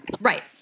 right